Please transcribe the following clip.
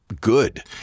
good